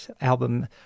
album